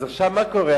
אז עכשיו, מה קורה?